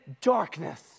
darkness